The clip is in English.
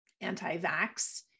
anti-vax